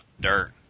dirt